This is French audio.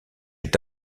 est